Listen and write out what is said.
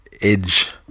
edge